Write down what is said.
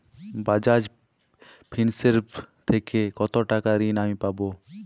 Bajaj Finserv থেকে কতো টাকা ঋণ আমি পাবো?